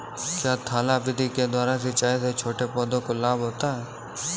क्या थाला विधि के द्वारा सिंचाई से छोटे पौधों को लाभ होता है?